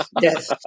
yes